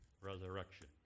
resurrection